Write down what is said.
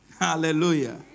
hallelujah